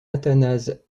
athanase